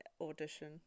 audition